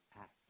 act